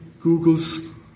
Google's